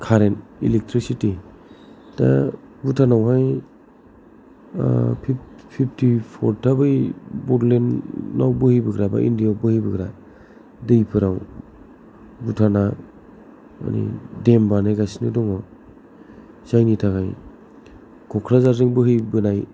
current electricity दा भुटानाव हाय फिफथि फर था बै बड'लेण्ड नाव बोहैबोग्रा बै इण्डियायाव बोहैबोग्रा दैफ्राव भुटाना माने देम बानायगासिनो दङ' जायनि थाखाय क'क्राझार जों बोहै बोनाय